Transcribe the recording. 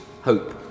hope